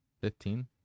fifteen